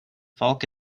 falk